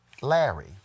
Larry